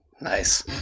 Nice